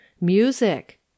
Music